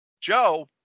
Joe